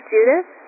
Judith